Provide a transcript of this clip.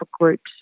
groups